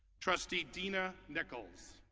trustee dina nichols